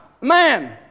man